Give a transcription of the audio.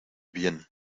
bien